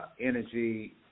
energy